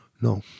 No